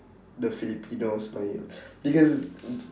the filipinos inspired because